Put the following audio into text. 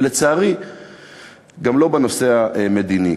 ולצערי גם לא בנושא המדיני.